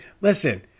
Listen